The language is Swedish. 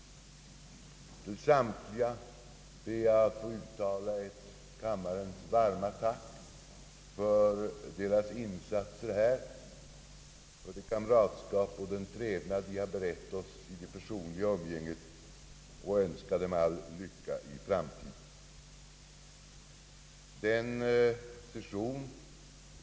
Till samtliga ber jag att få uttala kammarens varma tack för deras insatser här, för det kamratskap och den trevnad de har berett oss i det personliga umgänget, och jag önskar dem all lycka i framtiden.